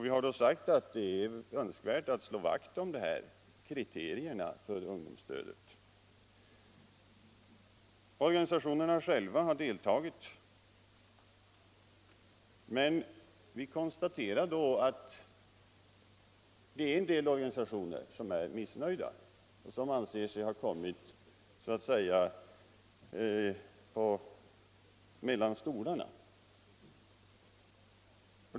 Vi har då sagt att det är önskvärt att slå vakt om dessa kriterier för ungdomsstödet. Organisationerna själva har alltså deltagit, men vi konstaterar då att en del organisationer är missnöjda och anser sig ha hamnat mellan stolarna.